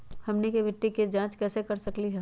हमनी के मिट्टी के जाँच कैसे कर सकीले है?